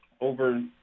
over